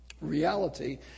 reality